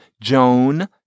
Joan